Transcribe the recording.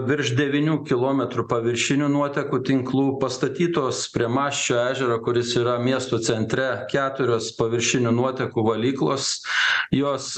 virš devynių kilometrų paviršinių nuotekų tinklų pastatytos prie masčio ežero kuris yra miesto centre keturios paviršinių nuotekų valyklos jos